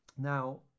now